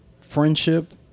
friendship